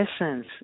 essence